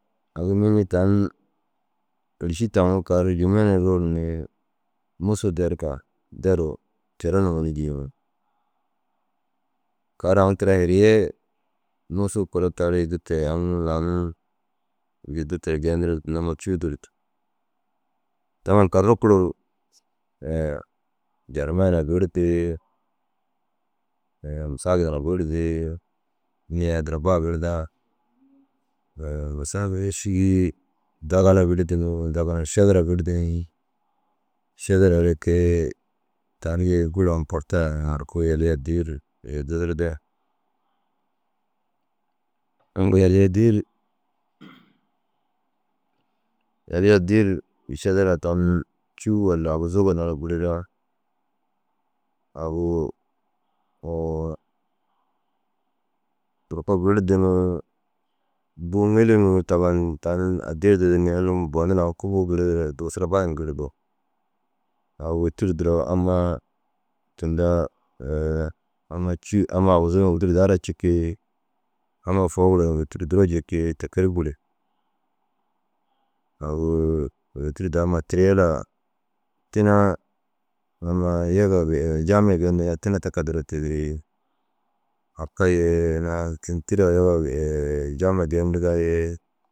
Agu mini tani taŋuu kaaru Jemene ru urrur ni Mûsou deriga deruu te daha nûŋurii jii ôo. Kaaru au tira hiriye Musu kolo tari dirte yi aũ lanir gii teke jeendirii tinda amma cûu dirtu. Wôki kaaru rukuruu ru Jarmay na girdu, Musagit na girdu. Niyã addira ba girdaa Musagit ru šîgi Dagana girdu ni Dagana ru Šadara girdu ni, Šadara ru kei tarige bur importa aaru kuu yalii addii ru dudurde. Uŋgo yalii addii ru Šadara tan cûu walla aguzuu gora ru giriraa, agu durko girdu ni bûu ŋili ni tabaan tan addii ru dudur ni unnu bonur au kubu girigire dugusure ru baad di giri ko. Agu wôtiruu duro ammaa tinda cûu amma aguzuu wôtiruu daha ra cikii, amma fôu gora ni wôtiruu duro jikii teker goru. Aguu wôtiruu daa ma tirela tînaa ammaa yega jamiya geendiga tina teka duro tîdirii, aka yee ina pentira yega jamiya geendigaa yee.